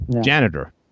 Janitor